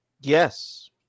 Yes